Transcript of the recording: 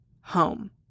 home